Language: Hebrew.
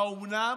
האומנם?